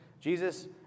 Jesus